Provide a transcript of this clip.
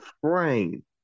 frame